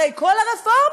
אחרי כל הרפורמות,